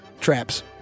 traps